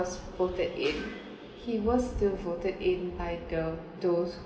voted in if he was still voted in by the those